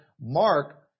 Mark